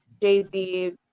jay-z